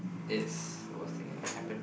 is the worst thing that can happen